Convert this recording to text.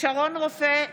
שרון רופא אופיר,